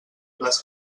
les